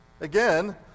Again